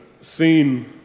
seen